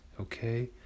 okay